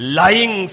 lying